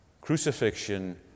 crucifixion